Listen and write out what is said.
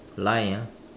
line ah